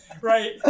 Right